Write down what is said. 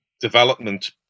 development